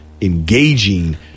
engaging